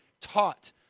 taught